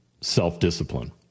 self-discipline